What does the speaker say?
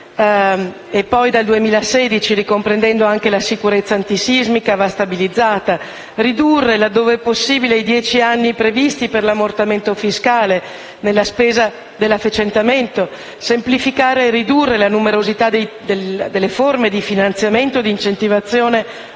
e poi dal 2016 - ricomprendendo anche la sicurezza antisismica - va stabilizzata. Occorre ridurre, laddove è possibile, i dieci anni previsti per l'ammortamento fiscale nella spesa dell'efficientamento; semplificare e ridurre la numerosità delle forme di finanziamento e incentivazione